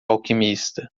alquimista